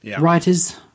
Writers